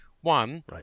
One